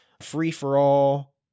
free-for-all